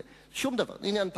זה שום דבר, זה עניין פעוט.